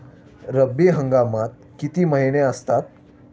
रब्बी हंगामात किती महिने असतात?